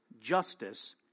justice